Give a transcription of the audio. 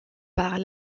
par